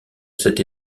cette